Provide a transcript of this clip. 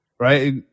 Right